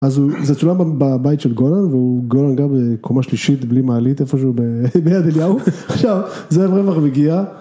אז זה צולם בבית של גולן והוא גולן גר בקומה שלישית בלי מעלית איפה שהוא ביד אליהו עכשיו זה הרבה פחות מגיע